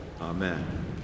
Amen